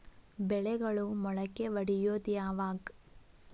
ಬೆಳೆಗಳು ಮೊಳಕೆ ಒಡಿಯೋದ್ ಯಾವಾಗ್?